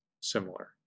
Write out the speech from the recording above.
similar